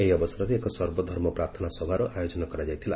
ଏହି ଅବସରରେ ଏକ ସର୍ବଧର୍ମ ପ୍ରାର୍ଥନା ସଭାର ଆୟୋଜନ କରାଯାଇଥିଲା